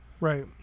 Right